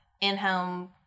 in-home